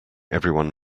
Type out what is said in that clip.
everyone